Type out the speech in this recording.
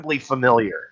familiar